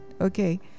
okay